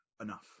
enough